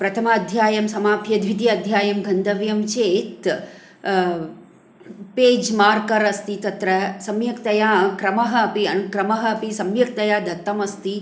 प्रथमाध्यायं समाप्य द्वितीयाध्यायं गन्तव्यं चेत् पेज् मार्कर् अस्ति तत्र सम्यक्तया क्रमः अपि अनुक्रमः अपि सम्यक्तया दत्तमस्ति